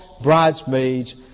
bridesmaids